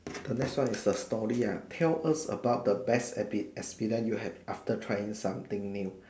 the next one is the story ah tell us about the best ex~ experience you had after trying something new